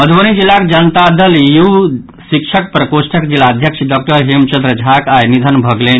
मधुबनी जिलाक जनता दलयू शिक्षक प्रकोष्ठक जिलाध्यक्ष डॉक्टर हेमचंद्र झाक आई निधन भऽ गेलनि